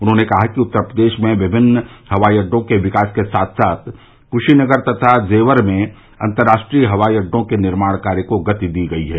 उन्होंने कहा कि उत्तर प्रदेश में विभिन्न हवाई अड्डों के विकास के साथ साथ क्शीनगर तथा जेवर में अन्तरांष्ट्रीय हवाई अड्डों के निर्माण कार्य को गति दी गई है